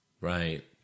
Right